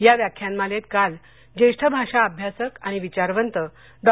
या व्याख्यानमालेत काल ज्येष्ठ भाषा अभ्यासक आणि विचारवंत डॉ